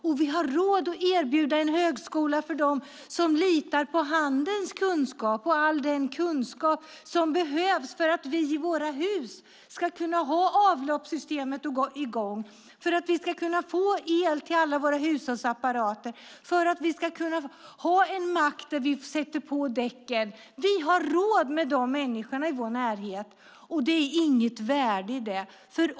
Och vi har råd att erbjuda en högskola för dem som litar på handens kunskap och all den kunskap som behövs för att vi i våra hus ska kunna ha avloppssystemet i gång, för att vi ska kunna få el till alla våra hushållsapparater och för att vi ska kunna ha en mack där vi sätter på däcken. Vi har råd med dessa människor i vår närhet. Det är samma värde i detta.